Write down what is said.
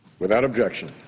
without objection.